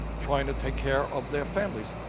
trying to take care of their families,